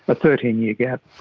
a thirteen year gap.